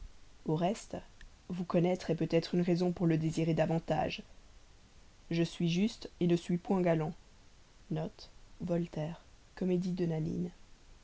au reste vous connaître est peut-être une raison pour la désirer davantage je suis juste ne suis point galant